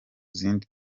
zindi